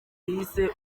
yise